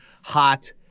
Hot